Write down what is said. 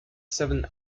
seven